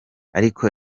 ariko